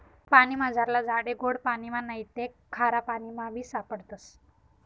पानीमझारला झाडे गोड पाणिमा नैते खारापाणीमाबी सापडतस